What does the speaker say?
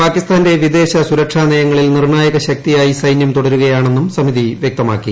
പാകിസ്ഥാന്റെ വിദേശ സുരക്ഷാ നയങ്ങളിൽ നിർണ്ണായക ശക്തിയായി സൈന്യം തുടരുകയാണെന്നും സമിതി വ്യക്തമാക്കി